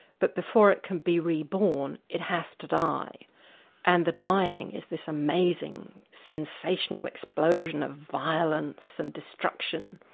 but before it can be reborn it has to die and the dying is this amazing sensational explosion of violence and destruction.